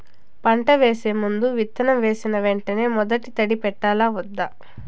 పంట వేసే ముందు, విత్తనం వేసిన వెంటనే మొదటి తడి పెట్టాలా వద్దా?